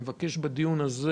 אני מבקש בדיון הזה